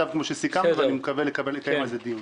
בנושא ואני מקווה לקיים על זה דיון.